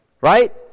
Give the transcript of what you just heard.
Right